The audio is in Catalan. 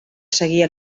seguia